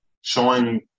showing